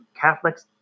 Catholics